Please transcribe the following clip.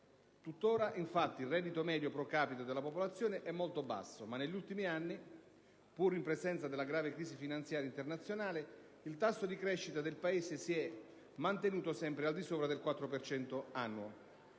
tuttora, infatti, il reddito medio *pro capite* della popolazione è molto basso, ma negli ultimi anni, pur in presenza della grave crisi finanziaria internazionale, il tasso di crescita del Paese si è mantenuto sempre al di sopra del 4 per